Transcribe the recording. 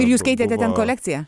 ir jūs skaitėte ten kolekciją